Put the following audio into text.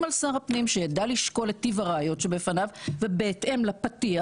על שר הפנים שידע לשקול את טיב הראיות שבפניו ובהתאם לפתיח,